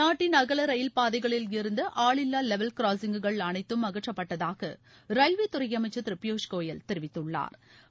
நாட்டின் அகல ரயிவ்பாதைகளில் இருந்த ஆளில்லா லெவல் கிராஸிங்குகள் அனைத்தும் அகற்றப்பட்டதாக ரயில்வே துறை அமைச்சர் திரு பியூஸ்கோயல் தெரிவித்துள்ளாா்